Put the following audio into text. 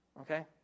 okay